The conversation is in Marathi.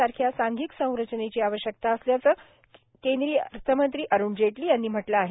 सारख्या सांघिक संरचनेची आवश्यकता असल्याचं केंद्रीय अर्थमंत्री अरुण जेटली यांनी म्हटलं आहे